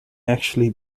actually